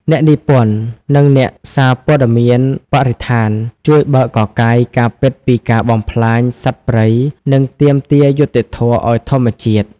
អ្នកនិពន្ធ និងអ្នកសារព័ត៌មានបរិស្ថាន ជួយបើកកកាយការពិតពីការបំផ្លាញសត្វព្រៃ និងទាមទារយុត្តិធម៌ឱ្យធម្មជាតិ។